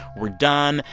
we're done.